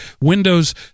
Windows